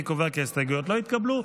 אני קובע כי ההסתייגויות לא התקבלו.